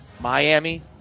Miami